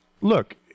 look